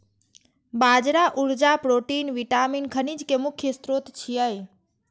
बाजरा ऊर्जा, protein, vitamin, खनिज के मुख्य स्रोत छियै